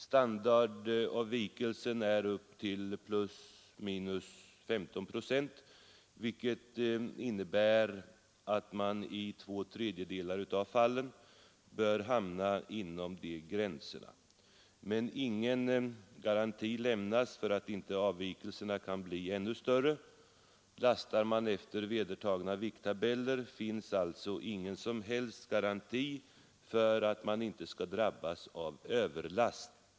Standardavvikelsen är upp till + 15 procent, vilket innebär att man i två tredjedelar av fallen bör hamna inom de gränserna. Men ingen garanti lämnas för att inte avvikelserna kan bli ännu större. Lastar man efter vedertagna vikttabeller finns alltså ingen som helst garanti för att man inte skall drabbas av överlastavgift.